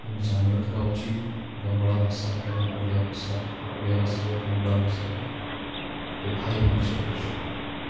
ଆମେ ଜାଣିରଖିବା ଉଚିତ୍ ବଙ୍ଗଳା ଭାଷା ଏବଂ ଓଡ଼ିଆ ଭାଷା ବା ଓଡ଼ିଆ ଭାଷା ଓ ବଙ୍ଗଳା ଭାଷା ଗୋଟେ ଭାଇ ଭଉଣୀ ସଦୃଶ୍ୟ